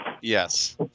Yes